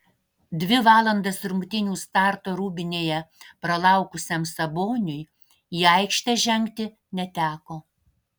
dvi valandas rungtynių starto rūbinėje pralaukusiam saboniui į aikštę žengti neteko